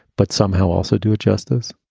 but somehow also do it justice